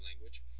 language